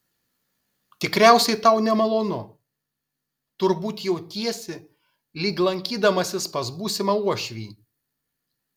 tikriausiai tau nemalonu turbūt jautiesi lyg lankydamasis pas būsimą uošvį